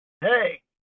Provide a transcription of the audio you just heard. Hey